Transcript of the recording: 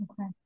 Okay